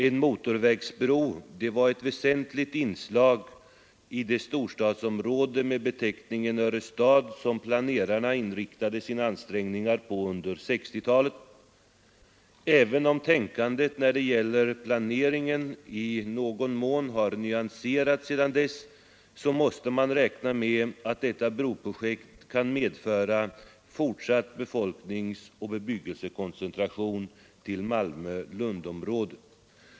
En motorvägsbro var ett väsentligt inslag i det storstadsområde med beteckningen Örestad som planerarna inriktade sina ansträngningar på under 1960-talet. Även om tänkandet när det gäller planeringen i någon mån nyanserats sedan dess, måste man räkna med att detta broprojekt kan medföra fortsatt befolkningsoch bebyggelsekoncentration till Malmö—Lundområdet.